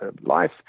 life